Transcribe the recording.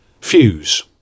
Fuse